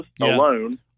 alone